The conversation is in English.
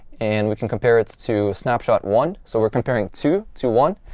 and we can compare it to snapshot one. so we're comparing two to one.